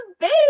baby